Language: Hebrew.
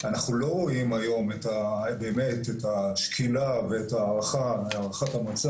אנחנו לא רואים היום את השקילה ואת הערכת המצב.